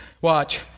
Watch